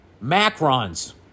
macrons